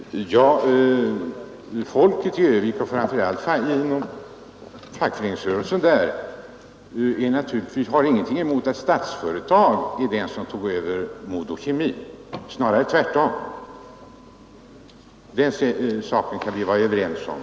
Herr talman! Folket i Örnsköldsviksområdet och framför allt fackföreningsrörelsen där har naturligtvis ingenting emot att Statsföretag är det företag som tog över MoDo-Kemi — snarare tvärtom. Den saken kan vi vara överens om.